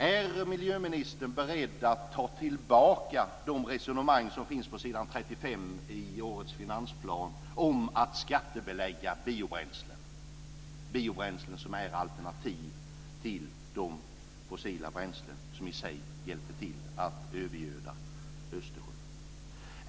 Är miljöministern beredd att ta tillbaka de resonemang som finns på s. 35 i årets finansplan om att skattebelägga biobränslen? Biobränslen är alternativ till de fossila bränslen som i sig hjälper till att övergöda Östersjön.